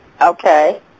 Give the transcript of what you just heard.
Okay